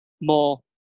more